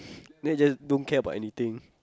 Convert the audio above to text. then we just don't care about anything